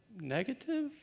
negative